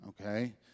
okay